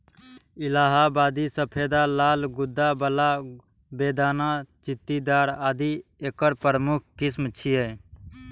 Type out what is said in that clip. इलाहाबादी सफेदा, लाल गूद्दा बला, बेदाना, चित्तीदार आदि एकर प्रमुख किस्म छियै